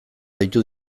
deitu